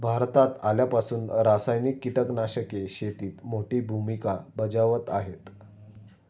भारतात आल्यापासून रासायनिक कीटकनाशके शेतीत मोठी भूमिका बजावत आहेत